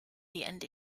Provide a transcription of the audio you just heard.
and